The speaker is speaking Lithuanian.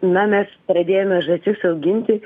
na mes pradėjome žąsis auginti